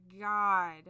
god